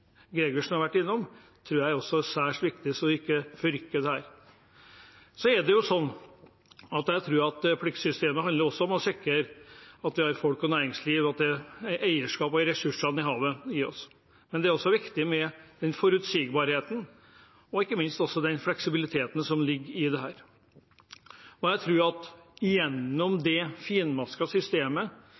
Gregussen har vært innom, tror jeg det er særs viktig at man ikke forrykker. Jeg tror pliktsystemet også handler om å sikre at vi har folk og næringsliv, at det er eierskap til ressursene havet gir oss. Men det er også viktig med forutsigbarhet og ikke minst også den fleksibiliteten som ligger i dette. Gjennom det finmaskede systemet som har vært gjennom mange, mange år når det